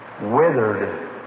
withered